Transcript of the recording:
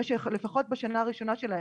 לפחות בשנה הראשונה שלהם,